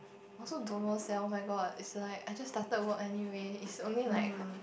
also don't know sell oh-my-god it's like I just started work anyway is only like